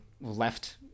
left